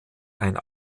ein